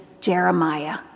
Jeremiah